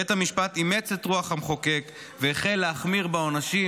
בית המשפט אימץ את רוח המחוקק והחל להחמיר בעונשים,